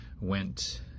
went